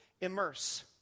immerse